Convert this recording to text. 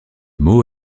mot